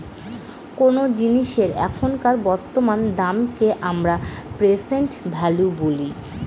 কোনো জিনিসের এখনকার বর্তমান দামকে আমরা প্রেসেন্ট ভ্যালু বলি